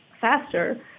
faster